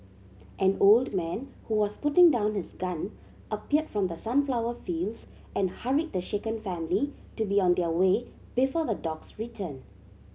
an old man who was putting down his gun appeared from the sunflower fields and hurried the shaken family to be on their way before the dogs return